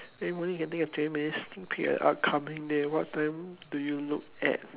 every morning getting a twenty minutes sneak peek at the upcoming day what time do you look at